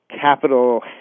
capital